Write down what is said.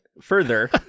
further